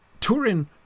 Turin